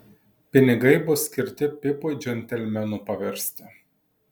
pinigai bus skirti pipui džentelmenu paversti